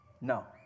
No